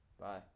Bye